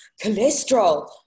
Cholesterol